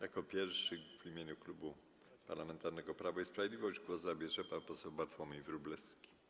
Jako pierwszy w imieniu Klubu Parlamentarnego Prawo i Sprawiedliwość głos zabierze pan poseł Bartłomiej Wróblewski.